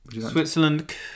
Switzerland